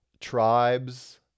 tribes